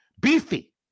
Beefy